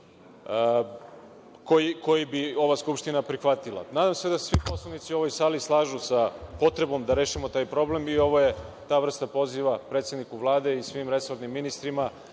koji bi ova Skupština prihvatila. Nadam se da se svi poslanici u ovoj sali slažu sa potrebom da rešimo taj problem i ovo je ta vrsta poziva predsedniku Vlade i svim resornim ministrima